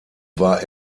war